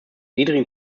niedrigem